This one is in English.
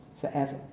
forever